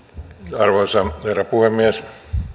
arvoisa herra puhemies